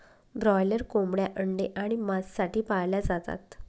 broiler कोंबड्या अंडे आणि मांस साठी पाळल्या जातात